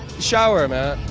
shower, man,